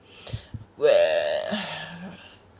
where